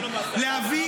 להביא,